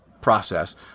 process